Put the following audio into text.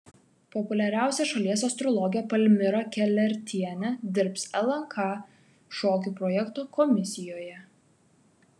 populiariausia šalies astrologė palmira kelertienė dirbs lnk šokių projekto komisijoje